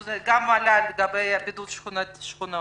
זה גם עלה לגבי בידוד שכונות.